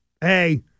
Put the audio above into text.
Hey